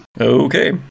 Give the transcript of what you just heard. Okay